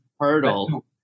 hurdle